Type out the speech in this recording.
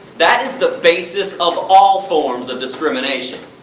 that is the basis of all forms of discrimination.